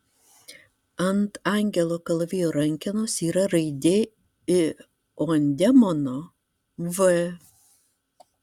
ant angelo kalavijo rankenos yra raidė i o ant demono v